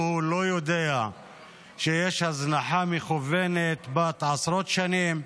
לא יודע שיש הזנחה מכוונת בת עשרות שנים,